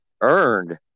earned